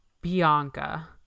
Bianca